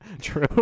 True